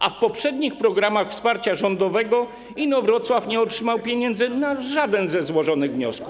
A w poprzednich programach wsparcia rządowego Inowrocław nie otrzymał pieniędzy na żaden ze złożonych wniosków.